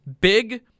big